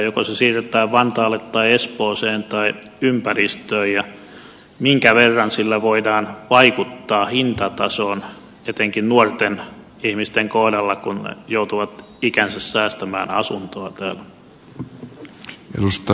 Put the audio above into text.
siirretäänkö se vantaalle tai espooseen tai ympäristöön ja minkä verran sillä voidaan vaikuttaa hintatasoon etenkin nuorten ihmisten kohdalla kun he joutuvat ikänsä säästämään asuntoa täällä